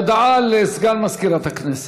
הודעה לסגן מזכירת הכנסת.